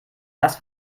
das